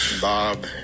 Bob